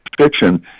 fiction